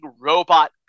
robot